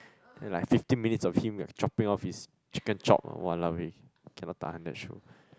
then like fifteen minutes of him like chopping off his chicken chop ah !walao! eh cannot tahan that show